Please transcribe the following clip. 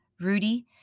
Rudy